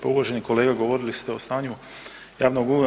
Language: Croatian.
Pa uvaženi kolega, govorili ste o stanju javnog duga.